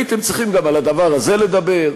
הייתם צריכים גם על הדבר הזה לדבר,